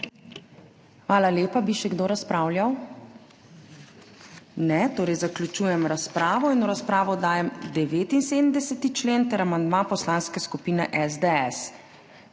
Hvala lepa. Bi še kdo razpravljal? Ne. Torej zaključujem razpravo. V razpravo dajem 79. člen ter amandma Poslanske skupine SDS.